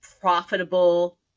profitable